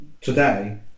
today